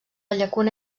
llacuna